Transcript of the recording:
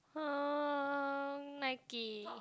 uh Nike